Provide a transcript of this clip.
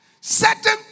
certain